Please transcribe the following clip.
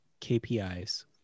KPIs